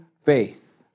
faith